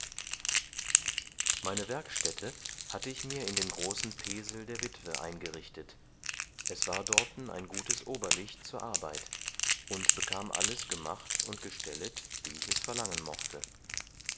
meine werkstätte hatte ich mir in dem großen pesel der witwe eingerichtet es war dorten ein gutes oberlicht zur arbeit und bekam alles gemacht und gestellet wie ich es verlangen mochte